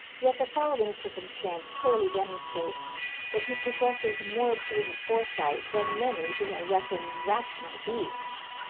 yet the following circumstance clearly demonstrates that he possesses more prudent foresight than many who are reckoned rational beings.